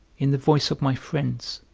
in the voice of my friends,